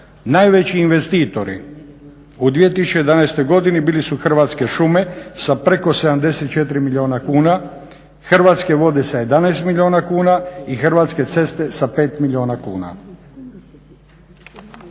Najveći investitori u 2011. godini bili su Hrvatske šume sa preko 74 milijuna kuna, Hrvatske vode sa 11 milijuna kuna i Hrvatske ceste sa 5 milijuna kuna.